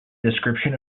description